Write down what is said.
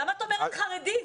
למה את אומרת חרדי?